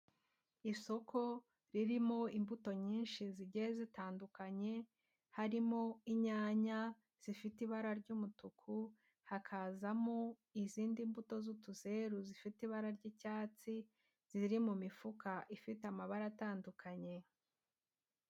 Isoko ririmo imbuto nyinshi zigiye zitandukanye, harimo inyanya zifite ibara ry'umutuku, hakazamo izindi mbuto z'utuzeru zifite ibara ry'icyatsi, ziri mu mifuka ifite amabara atandukanye.